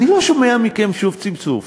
אני לא שומע מכם שום צפצוף.